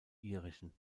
irischen